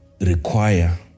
require